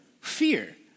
fear